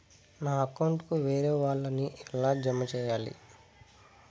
నా అకౌంట్ కు వేరే వాళ్ళ ని ఎలా జామ సేయాలి?